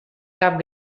cap